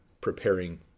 preparing